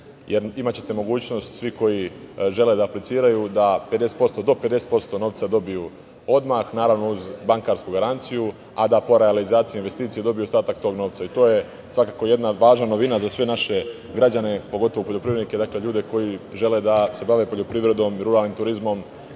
jer imaćete mogućnost svi koji žele da apliciraju da do 50% novca dobiju odmah, naravno, uz bankarsku garanciju, a da po realizaciji investicija dobiju ostatak tog novca. To je svakako jedna važna novina za sve naše građane, pogotovo poljoprivrednike, ljude koji žele da se bave poljoprivredom, ruralnim turizmom.